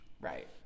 Right